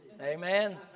Amen